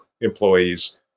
employees